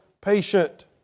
patient